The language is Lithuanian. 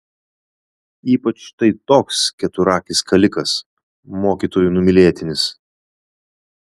ypač štai toks keturakis kalikas mokytojų numylėtinis